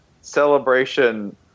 celebration